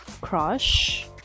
crush